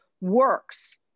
works